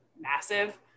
massive